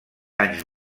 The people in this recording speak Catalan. anys